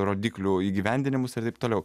rodiklių įgyvendinamus ir taip toliau